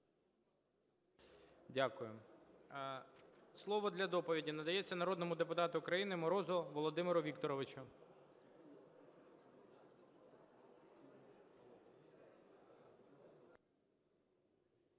Дякую. Слово для доповіді надається народному депутату України Морозу Володимиру Вікторовичу.